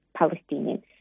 Palestinians